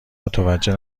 متوجه